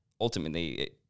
ultimately